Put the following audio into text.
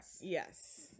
Yes